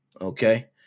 okay